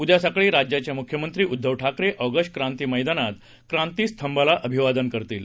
उद्या सकाळी राज्याचे मुख्यमंत्री उद्दव ठाकरे ऑगष्ट क्रांती मैदानात क्रांती स्तंभाला अभिवादन करतील